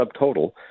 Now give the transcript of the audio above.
subtotal